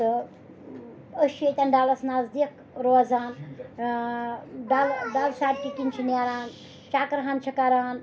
تہٕ أسۍ چھِ ییٚتٮ۪ن ڈَلَس نَزدیٖک روزان ڈَل ڈَل سَڑکہِ کِنۍ چھِ نیران چَکرٕ ہن چھِ کَران